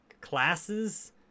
classes